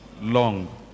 Long